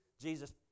Jesus